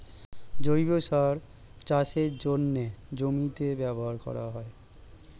জৈব সার চাষের জন্যে জমিতে ব্যবহার করা হয়